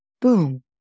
Boom